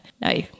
No